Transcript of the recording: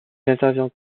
intervient